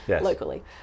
locally